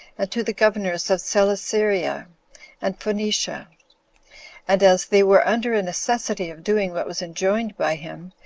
and to the governors of celesyria and phoenicia and as they were under a necessity of doing what was enjoined by him,